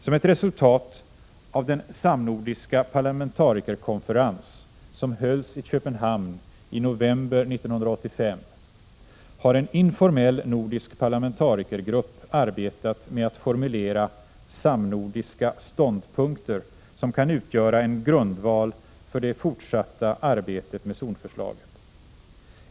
Som ett resultat av den samnordiska parlamentarikerkonferensen, som hölls i Köpenhamn i november 1985, har en informell nordisk parlamentarikergrupp arbetat med att formulera samnordiska ståndpunkter, som kan utgöra en grundval för det fortsatta arbetet med zonförslaget.